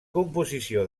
composició